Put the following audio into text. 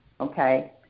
okay